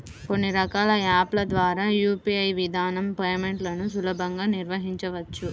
కొన్ని రకాల యాప్ ల ద్వారా యూ.పీ.ఐ విధానంలో పేమెంట్లను సులభంగా నిర్వహించవచ్చు